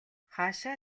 хаашаа